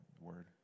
word